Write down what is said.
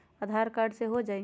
आधार card से हो जाइ?